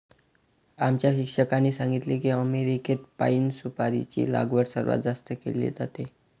आमच्या शिक्षकांनी सांगितले की अमेरिकेत पाइन सुपारीची लागवड सर्वात जास्त केली जाते